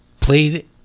played